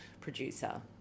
producer